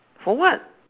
for what